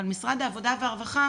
אבל משרד העבודה והרווחה